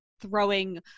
throwing